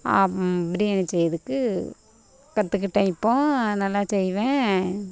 பிரியாணி செய்கிறதுக்கு கற்றுக்கிட்டேன் இப்போது நல்லா செய்வேன்